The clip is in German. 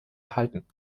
erhalten